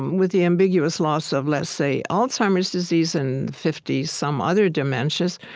with the ambiguous loss of, let's say, alzheimer's disease and fifty some other dementias,